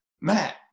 Matt